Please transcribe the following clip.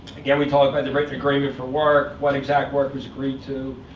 again, we talked about the written agreement for work, what exact work was agreed to.